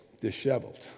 disheveled